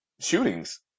shootings